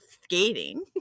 Skating